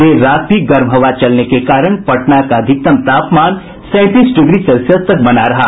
देर रात भी गर्म हवा चलने के कारण पटना का अधिकतम तापमान सैंतीस डिग्री सेल्सियस तक बना रहा